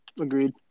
Agreed